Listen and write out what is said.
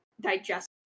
digest